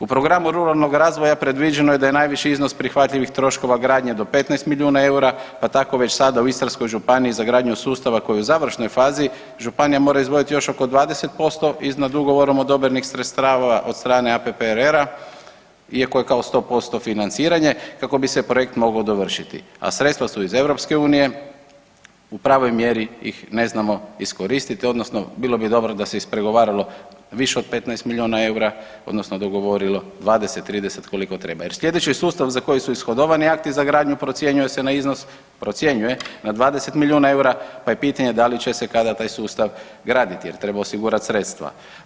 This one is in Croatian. U programu ruralnog razvoja predviđeno je da je najviši iznos prihvatljivih troškova gradnje do 15 milijuna eura, pa tako već sada u Istarskoj županiji za gradnju sustava koji je u završnoj fazi županija mora izdvojiti još oko 20% iznad ugovorom odobrenih sredstava od strana APPR-s iako je 100% financiranje kako bi se projekt mogao dovršiti a sredstva su iz Europske unije u pravoj mjeri ih ne znamo iskoristiti, odnosno bilo bi dobro da se ispregovaralo više od 15 milijuna eura, odnosno dogovorilo 20, 30, koliko treba jer sljedeći sustav za koji su ishodovani akti za gradnju procjenjuje se na iznos, procjenjuje, na 20 milijuna eura, pa je pitanje da li će se kada taj sustav graditi jer treba osigurati sredstva.